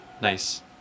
Nice